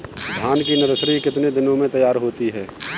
धान की नर्सरी कितने दिनों में तैयार होती है?